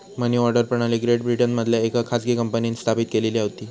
मनी order प्रणाली great ब्रिटनमधल्या येका खाजगी कंपनींन स्थापित केलेली होती